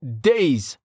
days